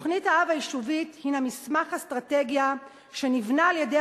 תוכנית-האב היישובית הינה מסמך אסטרטגיה שנבנה על-ידי